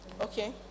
okay